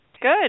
good